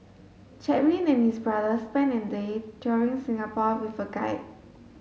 Chaplin and his brother spent an day touring Singapore with a guide